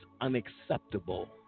unacceptable